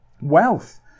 Wealth